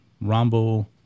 Rumble